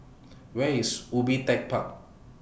Where IS Ubi Tech Park